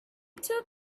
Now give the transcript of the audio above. took